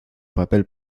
papel